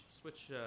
switch